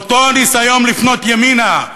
אותו ניסיון לפנות ימינה,